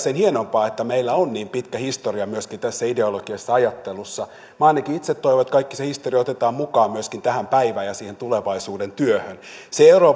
sen hienompaa että meillä on niin pitkä historia myöskin tässä ideologisessa ajattelussa minä ainakin itse toivon että kaikki se historia otetaan mukaan myöskin tähän päivään ja siihen tulevaisuuden työhön se ero